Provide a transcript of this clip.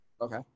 Okay